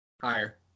Higher